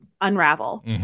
unravel